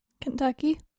Kentucky